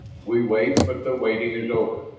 we wait, but the waiting is over,